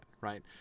right